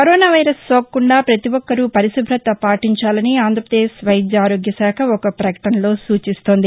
corona virus సోకకుండా పతి ఒక్కరూ పరిశుభ్రత పాటించాలని ఆంధ్రప్రదేశ్ వైద్య ఆరోగ్య శాఖ ఒక ప్రకటనలో సూచిస్తోంది